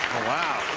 wow.